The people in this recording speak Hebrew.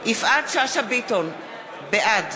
יפעת שאשא ביטון, בעד